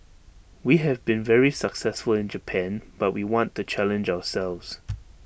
we have been very successful in Japan but we want to challenge ourselves